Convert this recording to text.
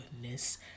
goodness